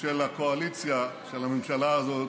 של הקואליציה, של הממשלה הזאת,